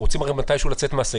הרי רוצים לצאת מהסגר,